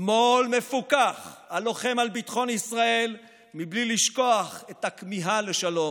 שמאל מפוקח הלוחם על ביטחון ישראל בלי לשכוח את הכמיהה לשלום,